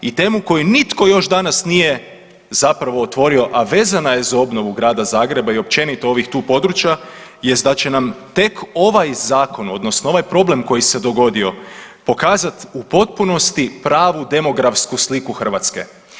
I temu koju nitko još danas nije zapravo otvorio a vezana je za obnovu grada Zagreba i općenito ovih tu područja, jest da će nam tek ovaj zakon, odnosno ovaj problem koji se dogodio pokazati u potpunosti pravu demografsku sliku Hrvatske.